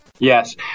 Yes